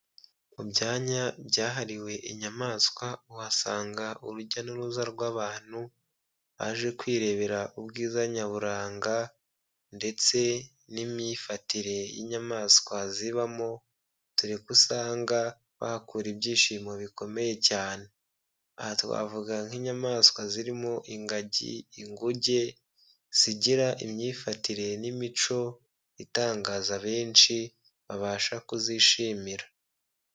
Mu byanya byahariwe inyamaswa uhasanga urujya n'uruza rw'abantu baje kwirebera ubwiza nyaburanga ndetse n'imyifatire y'inyamaswa zibamo, dore ko usanga bahakura ibyishimo bikomeye cyane, aha twavuga nk'inyamaswa zirimo ingagi, inguge, zigira imyifatire n'imico itangaza benshi babasha kuzishimira.